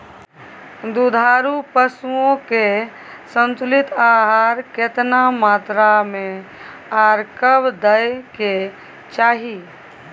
दुधारू पशुओं के संतुलित आहार केतना मात्रा में आर कब दैय के चाही?